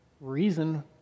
reason